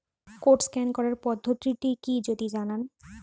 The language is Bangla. কোড স্ক্যান করার পদ্ধতিটি কি যদি জানান?